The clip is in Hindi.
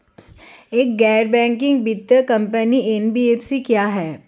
एक गैर बैंकिंग वित्तीय कंपनी एन.बी.एफ.सी क्या है?